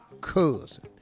cousin